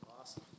Awesome